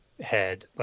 head